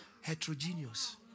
heterogeneous